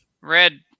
Red